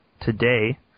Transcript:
today